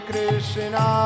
Krishna